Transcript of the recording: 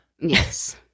Yes